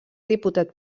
diputat